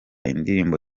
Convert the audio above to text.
indirimbo